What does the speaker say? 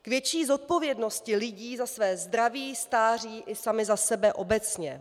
K větší zodpovědnosti lidí za své zdraví, stáří i sami za sebe obecně.